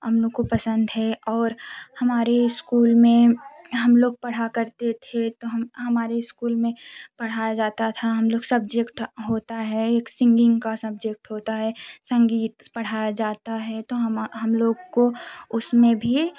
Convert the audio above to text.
हम लोग को पसंद है और हमारे स्कूल में हम लोग पढ़ा करते थे तो हम हमारे स्कूल में पढ़ाया जाता था हम लोग सब्जेक्ट होता है एक सिंगिंग का सब्जेक्ट होता है संगीत पढ़ाया जाता है तो हमा हम लोग को उसमें भी